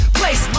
place